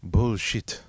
Bullshit